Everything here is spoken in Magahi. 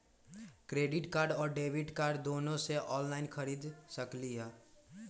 क्रेडिट कार्ड और डेबिट कार्ड दोनों से ऑनलाइन खरीद सकली ह?